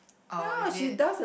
oh is it